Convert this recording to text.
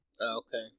Okay